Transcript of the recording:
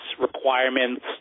requirements